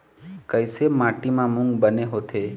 कइसे माटी म मूंग बने होथे?